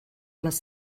les